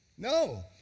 No